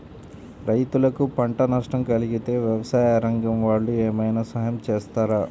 రైతులకు పంట నష్టం కలిగితే వ్యవసాయ రంగం వాళ్ళు ఏమైనా సహాయం చేస్తారా?